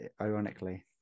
ironically